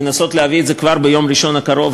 לנסות להביא את זה כבר ביום ראשון הקרוב